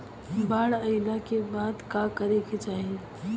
बाढ़ आइला के बाद का करे के चाही?